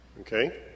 Okay